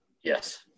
Yes